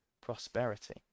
Prosperity